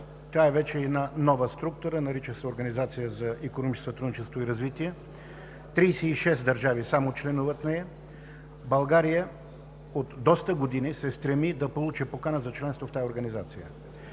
тя е вече една нова структура. Нарича се „Организация за икономическо сътрудничество и развитие“. Само 36 държави членуват в нея. България от доста години се стреми да получи покана за членство в тази организация.